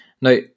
now